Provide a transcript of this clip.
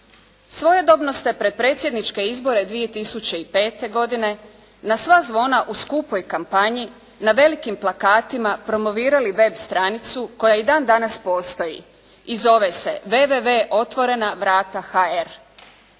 Svojedobno ste pred predsjedničke izbore 2005. godine na sva zvona u skupoj kampanji na velikim plakatima promovirali web stranicu koja i dan danas postoji i zove se www.otvorenavrata.hr.